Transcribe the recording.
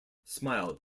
smile